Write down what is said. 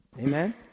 Amen